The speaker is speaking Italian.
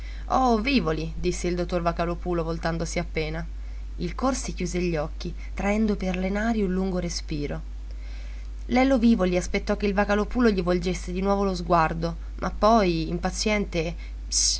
oh vivoli disse il dottor vocalòpulo voltandosi appena il corsi chiuse gli occhi traendo per le nari un lungo respiro lello vivoli aspettò che il vocalòpulo gli volgesse di nuovo lo sguardo ma poi impaziente